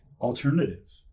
alternative